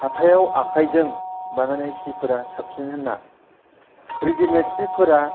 हाथायाव आखायजों बानायनाय सिफोरा साबसिन होन्ना रेडिमेद सिफोरा